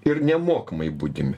ir nemokamai budime